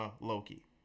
Loki